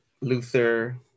Luther